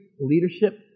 leadership